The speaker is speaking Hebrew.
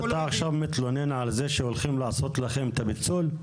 אתה מתלונן עכשיו על כך שהולכים לעשות לכם את הפיצול?